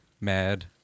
mad